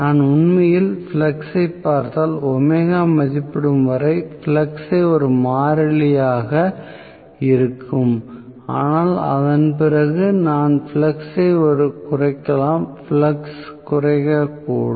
நான் உண்மையில் ஃப்ளக்ஸைப் பார்த்தால் ஒமேகா மதிப்பிடும் வரை ஃப்ளக்ஸ் ஒரு மாறிலியாகவே இருக்கும் ஆனால் அதன் பிறகு நான் ஃப்ளக்ஸ் ஐ குறைக்கலாம் ஃப்ளக்ஸ் குறையக்கூடும்